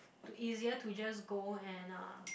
to easier to just go and uh